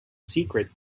secret